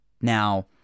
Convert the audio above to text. Now